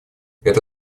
это